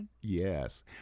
Yes